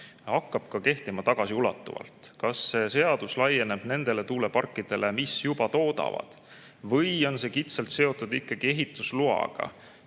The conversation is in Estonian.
hakkab kehtima ka tagasiulatuvalt. Kas seadus laieneb nendele tuuleparkidele, mis juba toodavad, või on see kitsalt seotud ikkagi ehitusloaga?